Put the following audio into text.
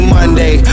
Monday